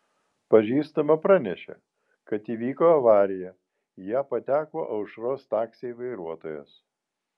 pažįstama pranešė kad įvyko avarija į ją pateko aušros taksiai vairuotojas